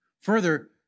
Further